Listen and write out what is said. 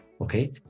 Okay